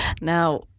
Now